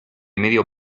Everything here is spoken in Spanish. medio